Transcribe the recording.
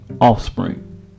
offspring